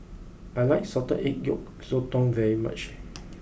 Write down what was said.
I like Salted Egg Yolk Sotong very much